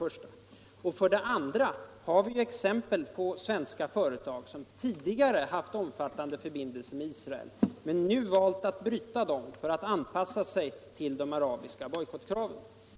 Vi har vidare exempel på att svenska företag tidigare haft omfattande förbindelser med Israel men nu valt att bryta dem för att anpassa sig till de arabiska bojkottkraven.